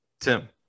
Tim